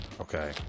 okay